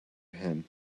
him